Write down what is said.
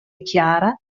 chiara